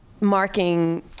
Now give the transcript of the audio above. marking